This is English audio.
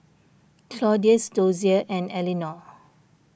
Claudius Dozier and Elinor